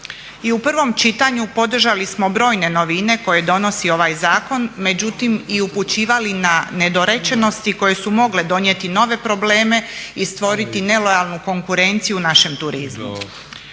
I u prvom čitanju podržali smo brojne novine koje donosi ovaj zakon međutim i upućivali na nedorečenosti koje su mogle donijeti nove probleme i stvoriti nelojalnu konkurenciju našem turizmu.